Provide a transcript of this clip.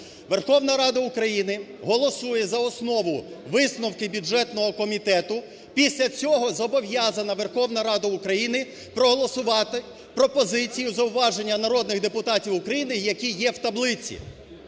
Верховна Рада України голосує за основу висновки бюджетного комітету, після цього зобов'язана Верховна Рада України проголосувати пропозиції, зауваження народних депутатів України, які є в таблиці.